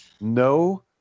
no